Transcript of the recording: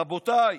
רבותיי,